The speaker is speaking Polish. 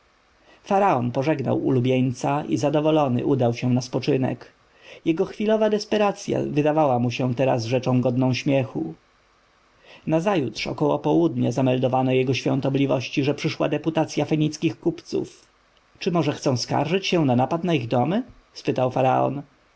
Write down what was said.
faraon pożegnał ulubieńca i zadowolony udał się na spoczynek jego chwilowa desperacja wydawała mu się teraz rzeczą godną śmiechu nazajutrz około południa zameldowano jego świątobliwości że przyszła deputacja fenickich kupców czy może chcą skarżyć się za napad na ich domy spytał